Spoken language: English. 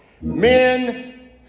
Men